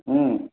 ம்